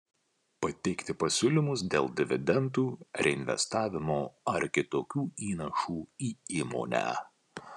pateikti pasiūlymus dėl dividendų reinvestavimo ar kitokių įnašų į įmonę